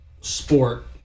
sport